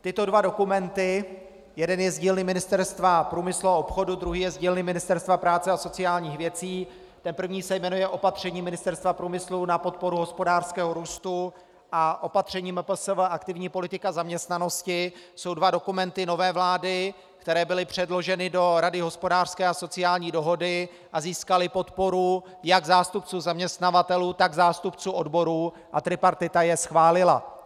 Tyto dva dokumenty jeden je z dílny Ministerstva průmyslu a obchodu, druhý je z dílny Ministerstva práce a sociálních věcí, ten první se jmenuje Opatření Ministerstva průmyslu na podporu hospodářského růstu a Opatření MPSV Aktivní politika zaměstnanosti jsou dva dokumenty nové vlády, které byly předloženy do Rady hospodářské a sociální dohody a získaly podporu jak zástupců zaměstnavatelů, tak zástupců odborů a tripartita je schválila.